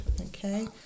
okay